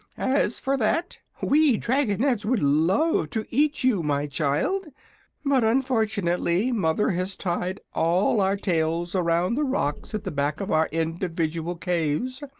as for that, we dragonettes would love to eat you, my child but unfortunately mother has tied all our tails around the rocks at the back of our individual caves,